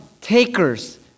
takers